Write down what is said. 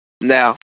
Now